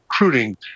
recruiting